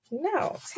No